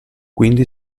quindi